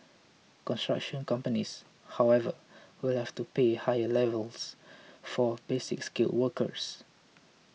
construction companies however will have to pay higher levies for Basic Skilled workers